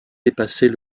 dépasser